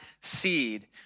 seed